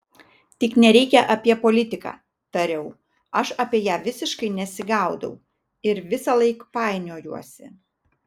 tik nereikia apie politiką tariau aš apie ją visiškai nesigaudau ir visąlaik painiojuosi